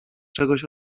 czegoś